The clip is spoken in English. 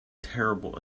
terrible